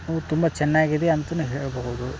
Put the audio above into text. ಅವು ತುಂಬ ಚೆನ್ನಾಗಿದೆ ಅಂತನು ಹೇಳಬಹುದು